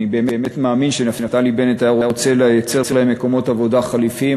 אני באמת מאמין שנפתלי בנט היה רוצה לייצר להם מקומות עבודה חלופיים,